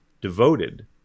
devoted